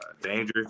dangerous